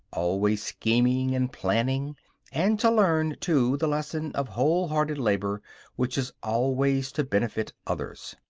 always scheming and planning and to learn too the lesson of whole-hearted labor which is always to benefit others.